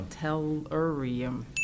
Tellurium